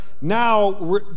now